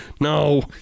No